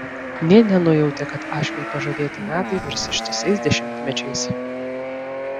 nė nenujautė kad ašmiui pažadėti metai virs ištisais dešimtmečiais